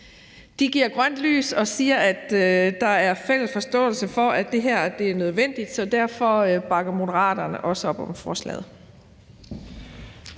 de giver grønt lys og siger, at der er fælles forståelse for, at det her er nødvendigt, så derfor bakker Moderaterne også op om forslaget.